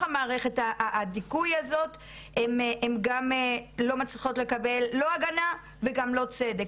מערכת הדיכוי לא מצליחות לקבל לא הגנה ולא צדק.